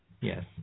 Yes